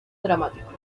dramático